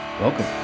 Welcome